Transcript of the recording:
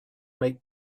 make